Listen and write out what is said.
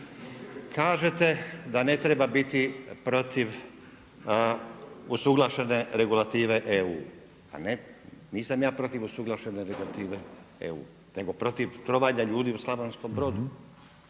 Kažete da ne treba biti protiv usuglašene regulative EU. Pa nisam ja protiv usuglašene regulative EU nego protiv trovanja ljudi u Slavonskom Brodu.